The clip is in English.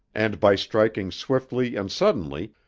and, by striking swiftly and suddenly,